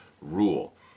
rule